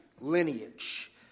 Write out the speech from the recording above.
lineage